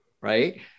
right